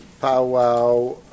powwow